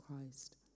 Christ